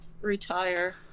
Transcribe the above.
retire